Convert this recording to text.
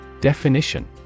Definition